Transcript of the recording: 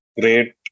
great